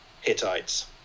Hittites